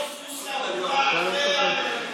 בעל תיקים פליליים,